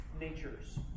natures